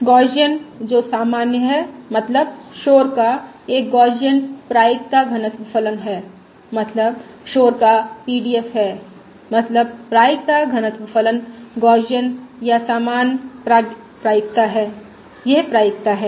Gaussian जो सामान्य है मतलब शोर का एक गौसियन प्रायिकता घनत्व फलन है मतलब शोर का पी डी एफ है मतलब प्रायिकता घनत्व फलन गौसियन या प्रासामान्य प्रायिकता है यह प्रायिकता घनत्व है